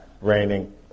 raining